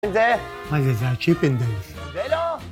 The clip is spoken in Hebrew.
זה? מה זה? זה הצ׳יפינדיילס. זה לא!